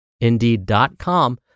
indeed.com